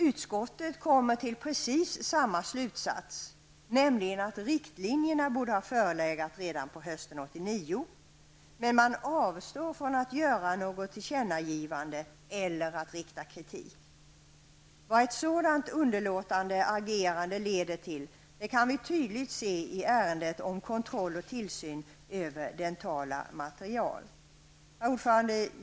Utskottet kommer till precis samma slutsats, dvs. att riktlinjerna borde ha förelegat redan på hösten 89. Man avstår dock från att göra något tillkännagivande eller rikta någon kritik. Vad ett sådant underlåtande att agera kan leda till kan vi tydligt se i ärendet om kontroll och tillsyn över dentala material. Herr talman!